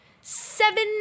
Seven